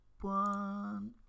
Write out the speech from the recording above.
one